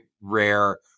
rare